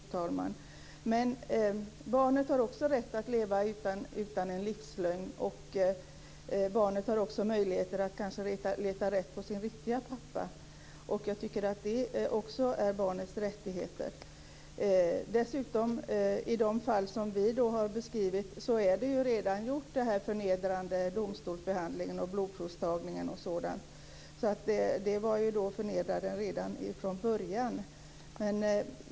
Fru talman! Det kanske också är en missuppfattning. Men barnet har också rätt att leva utan en livslögn. Barnet har också möjligheter att leta rätt på sin riktiga pappa. Jag tycker också att det tillhör barnets rättigheter. Dessutom är den förnedrande domstolsbehandlingen och blodprovstagningen redan gjord i de fall som vi har beskrivit. Det var förnedrande redan från början.